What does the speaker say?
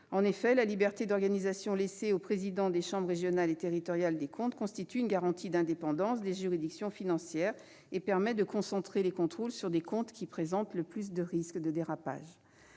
En effet, la liberté d'organisation laissée aux présidents des chambres régionales et territoriales des comptes constitue une garantie d'indépendance des juridictions financières et permet de concentrer les contrôles sur les comptes présentant le plus de risques de dérapage.